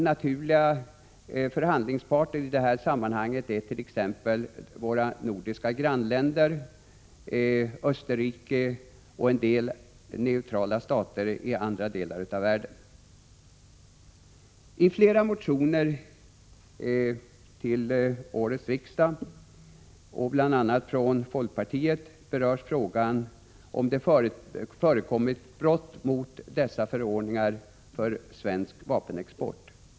Naturliga förhandlingsparter i det här sammanhanget är t.ex. våra nordiska grannländer, Österrike och en del neutrala stater i andra delar av världen. I flera motioner till årets riksmöte, bl.a. från folkpartiet, berörs frågan om det förekommit brott mot dessa förordningar om svensk vapenexport.